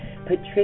Patricia